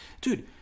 Dude